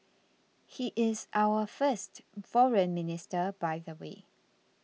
he is our first Foreign Minister by the way